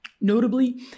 notably